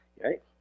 Right